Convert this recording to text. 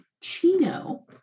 Chino